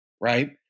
Right